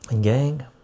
Gang